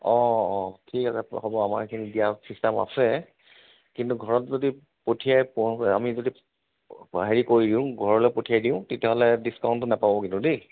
অঁ অঁ ঠিক আছে হ'ব আমাৰ এইখিনি দিয়া চিষ্টেম আছে কিন্তু ঘৰত যদি পঠিয়াই প আমি যদি হেৰি কৰি দিওঁ ঘৰলৈ পঠিয়াই দিওঁ তেতিয়াহ'লে ডিচকাউণ্টটো নাপাব কিন্তু দেই